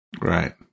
Right